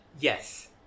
Yes